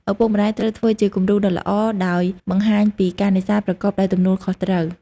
ឪពុកម្តាយត្រូវធ្វើជា គំរូ ដ៏ល្អដោយបង្ហាញពីការនេសាទប្រកបដោយទំនួលខុសត្រូវ។